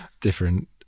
different